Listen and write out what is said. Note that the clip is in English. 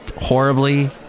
horribly